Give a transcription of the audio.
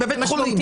חולים.